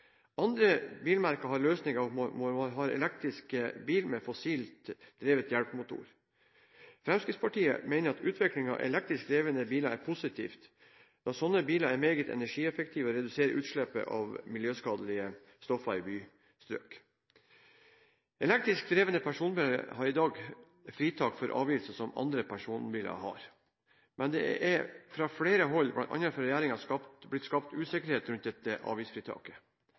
Andre bilmerker har løsninger hvor man har elektrisk bil med fossilt drevet hjelpemotor. Fremskrittspartiet mener at utviklingen av elektrisk drevne biler er positivt, da sånne biler er meget energieffektive, og reduserer utslippet av miljøskadelige stoffer i bystrøk. Elektrisk drevne personbiler har i dag fritak for avgifter som andre personbiler har, men det er fra flere hold, bl.a. fra regjeringen, blitt skapt usikkerhet rundt dette avgiftsfritaket.